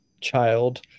child